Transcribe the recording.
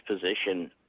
position